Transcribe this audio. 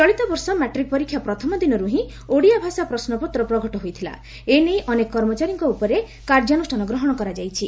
ଚଳିତବର୍ଷ ମାଟ୍ରିକ୍ ପରୀକ୍ଷା ପ୍ରଥମ ଦିନରୁ ହି ଓଡ଼ିଆ ଭାଷା ପ୍ରଶ୍ୱପତ୍ର ପ୍ରଘଟ ହୋଇଥିଲା ଏ ନେଇ ଅନେକ କର୍ମଚାରୀଙ୍କ ଉପରେ କାର୍ଯ୍ୟାନୁଷ୍ଠାନ ଗ୍ରହଣ କରାଯାଇଛି